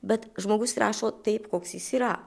bet žmogus rašo taip koks jis yra